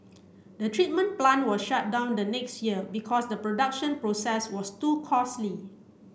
the treatment plant was shut down the next year because the production process was too costly